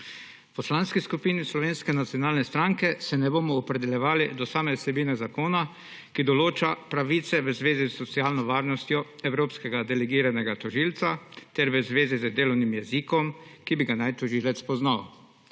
V Poslanski skupini Slovenske nacionalne stranke se ne bomo opredeljevali do same vsebine zakona, ki določa pravice v zvezi s socialno varnostjo evropskega delegiranega tožilca ter v zvezi z delovnim jezikom, ki naj bi ga tožilec poznal.